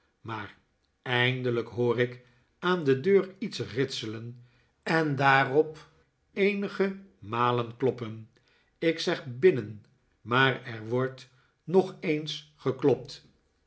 maar eindelijk hoor ik aan de deur iets ritselen en daarop eenige malen kloppen ik zeg binnen maar er wordt nog eens geklopt